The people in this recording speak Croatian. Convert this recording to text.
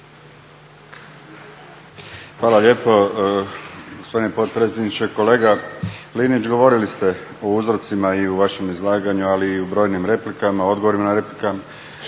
Hvala lijepo gospodine potpredsjedniče. Kolega Linić govorili ste o uzrocima i u vašem izlaganju ali i u brojim odgovorima na replikama